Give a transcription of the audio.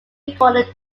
recorded